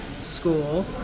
school